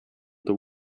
the